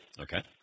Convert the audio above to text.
Okay